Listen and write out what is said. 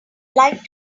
like